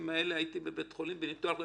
האלה הוא היה בבית חולים בניתוח לב,